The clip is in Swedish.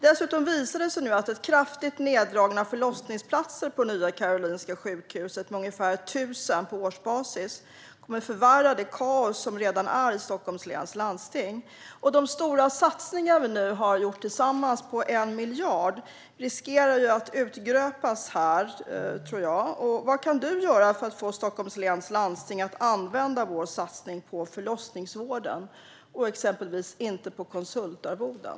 Dessutom visar det sig nu att det kraftigt minskade antalet förlossningsplatser på Nya Karolinska sjukhuset, ungefär 1 000 på årsbasis, kommer att förvärra det kaos som redan råder i Stockholms läns landsting. De stora satsningar som vi nu har gjort tillsammans på 1 miljard riskerar att urgröpas här, tror jag. Vad kan statsrådet göra för att få Stockholms läns landsting att använda vår satsning till förlossningsvården och exempelvis inte till konsultarvoden?